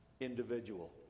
individual